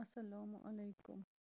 اَسلامُ علیکُم